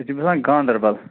أسۍ چھِ باسان گانٛدربل